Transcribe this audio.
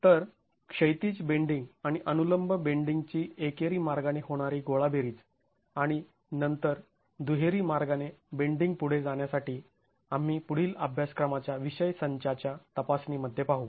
तर क्षैतिज बेंडींग आणि अनुलंब बेंडींग ची एकेरी मार्गाने होणारी गोळाबेरीज आणि आणि नंतर दुहेरी मार्गाने बेंडींग पुढे जाण्यासाठी आम्ही पुढील अभ्यासक्रमाच्या विषय संचाच्या तपासणीमध्ये पाहू